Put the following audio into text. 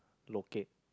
locate